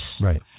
Right